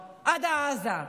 יש אגו מפה עד עזה.